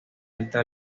esta